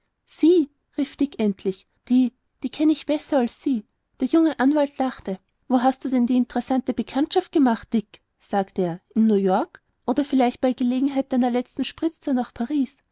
sie rief dick endlich die die kenn ich besser als sie der junge anwalt lachte wo hast du denn die interessante bekanntschaft gemacht dick sagte er in new york oder vielleicht bei gelegenheit deiner letzten spritztour nach paris